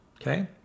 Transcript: okay